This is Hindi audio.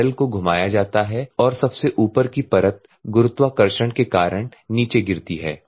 बैरल को घुमाया जाता है और सबसे ऊपर की परत गुरुत्वाकर्षण के कारण नीचे गिरती है